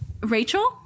Rachel